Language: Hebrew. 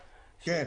יידחה, גם